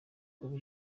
kuba